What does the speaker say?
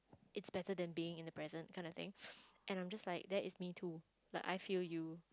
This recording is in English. it's better than being in the present kind of thing and I'm just like that is me too like I feel you